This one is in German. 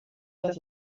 dass